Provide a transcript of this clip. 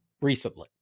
recently